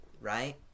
right